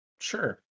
Sure